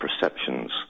perceptions